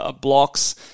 blocks